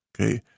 okay